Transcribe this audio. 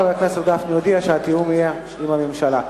חבר הכנסת גפני הודיע שהתיאום יהיה עם הממשלה.